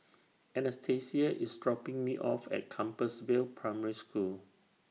Anastasia IS dropping Me off At Compassvale Primary School